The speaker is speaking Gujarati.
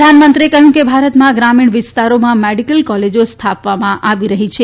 પ્રધાનમંત્રીએ કહ્યું હતું કે ભારતમાં ગ્રામીણ વિસ્તારોમાં મેડીકલ કોલેજો સ્થાપવામાં આવી રહી છે